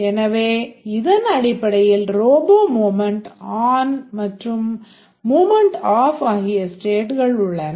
எனவே இதன் அடிப்படையில் Robot மூவ்மென்ட் on மற்றும் மூவ்மென்ட் off ஆகிய ஸ்டேட்கள் உள்ளன